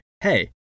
hey